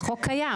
זה חוק קיים,